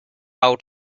out